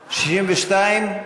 62?